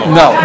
no